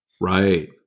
Right